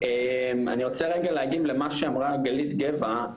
אני רוצה רגע להגיב למה שאמרה גלית גבע,